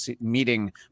meeting